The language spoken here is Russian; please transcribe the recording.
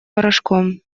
порошком